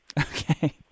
Okay